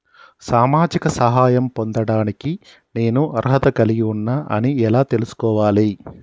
సామాజిక సహాయం పొందడానికి నేను అర్హత కలిగి ఉన్న అని ఎలా తెలుసుకోవాలి?